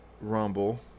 Rumble